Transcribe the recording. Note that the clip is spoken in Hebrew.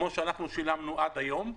כפי שאנחנו שילמנו עד היום,